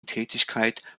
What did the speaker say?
tätigkeit